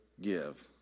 give